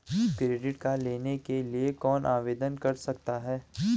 Credit card लेने के लिए कौन आवेदन कर सकता है?